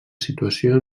situació